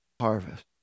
harvest